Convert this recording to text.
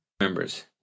members